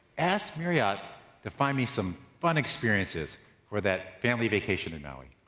ask marriott to find me some fun experiences for that family vacation in maui.